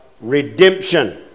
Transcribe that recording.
redemption